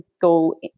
go